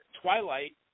Twilight